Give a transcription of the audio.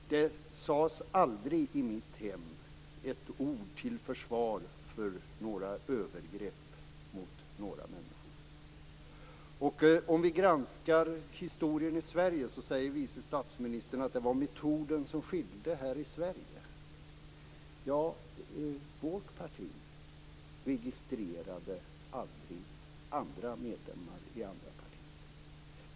Det sades aldrig i mitt hem ett ord till försvar för övergrepp mot människor. Vice statsministern säger om en granskning av historien i Sverige att det var metoden som skilde. Vårt parti registrerade aldrig andra medlemmar i andra partier.